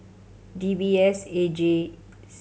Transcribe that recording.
D B S A G